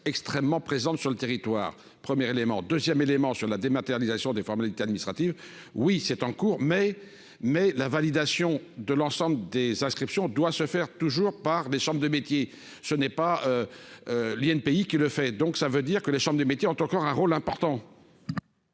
extrêmement présente sur le territoire, 1er élément 2ème élément sur la dématérialisation des formalités administratives oui c'est en cours mais mais la validation de l'ensemble des inscriptions doit se faire toujours par des chambres de métiers, ce n'est pas lié, pays qui le fait donc ça veut dire que les chambres des métiers ont encore un rôle important.